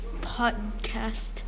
podcast